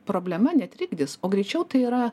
problema netrikdis o greičiau tai yra